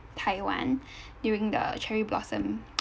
taiwan during the cherry blossom